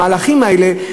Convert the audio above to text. המהלכים האלה,